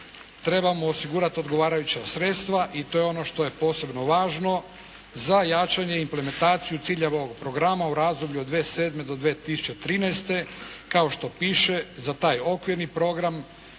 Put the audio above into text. treba mu osigurati odgovarajuća sredstva i to je ono što je posebno važno za jačanje implementaciju cilja ovog programa u razdoblju od 2007. do 2013. kao što piše za taj okvirni program